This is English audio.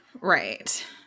Right